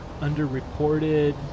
underreported